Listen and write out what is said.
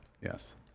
Yes